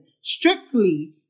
strictly